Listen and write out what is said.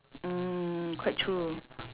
mm quite true